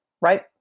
right